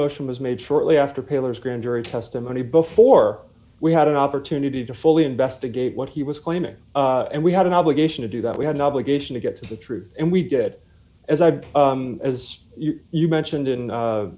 motion was made shortly after pillers grand jury testimony before we had an opportunity to fully investigate what he was claiming and we had an obligation to do that we have an obligation to get to the truth and we did as i did as you mentioned in